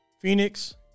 Phoenix